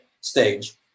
stage